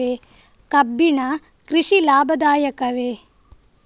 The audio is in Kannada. ಕಬ್ಬಿನ ಕೃಷಿ ಲಾಭದಾಯಕವೇ?